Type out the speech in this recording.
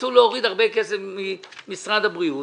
ירצו להוריד הרבה כסף ממשרד הבריאות,